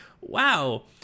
wow